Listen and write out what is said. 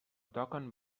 toquen